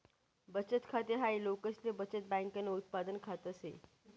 बचत खाते हाय लोकसले बचत बँकन उत्पादन खात से